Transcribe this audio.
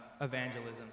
evangelism